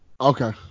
Okay